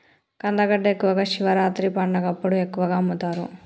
కందగడ్డ ఎక్కువగా శివరాత్రి పండగప్పుడు ఎక్కువగా అమ్ముతరు